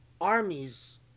armies